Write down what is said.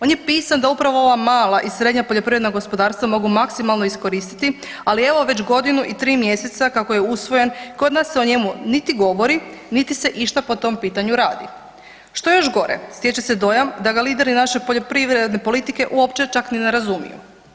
On je pisan da upravo ova mala i srednja poljoprivredna gospodarstva mogu maksimalno iskoristiti, ali evo već godinu i tri mjeseca kako je usvojen kod nas se o njemu niti govori niti se išta po tom pitanju radi, što je još gore, stječe se dojam da ga lideri naše poljoprivredne politike uopće čak ni ne razumiju.